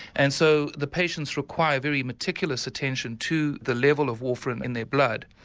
and so the patients require very meticulous attention to the level of warfarin in their blood.